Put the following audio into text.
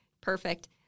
Perfect